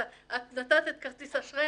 את נתת את כרטיס האשראי,